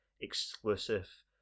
exclusive